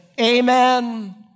amen